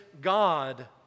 God